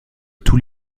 tous